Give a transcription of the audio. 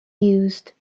used